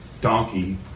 donkey